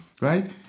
right